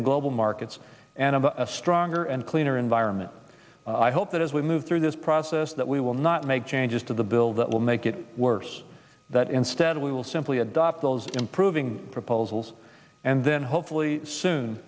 in global markets and a stronger and cleaner environment i hope that as we move through this process that we will not make changes to the bill that will make it worse that instead we will simply adopt those improving proposals and then hopefully soon